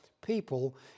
people